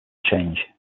change